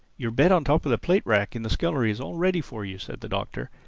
your bed on top of the plate-rack in the scullery is all ready for you, said the doctor.